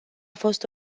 fost